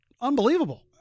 unbelievable